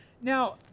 Now